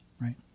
right